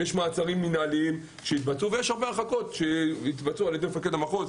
יש מעצרים מנהליים שהתבצעו ויש הרבה הרחקות שהתבצעו על ידי מפקד המחוז.